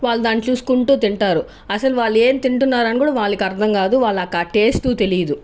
వాళ్ళు దాన్ని చూసుకుంటూ తింటారు అసలు వాళ్ళు ఏం తింటున్నారు అని కూడా వాళ్ళు కు అర్థం కాదు వాళ్ళకు ఆ తెలీదు